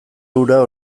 hura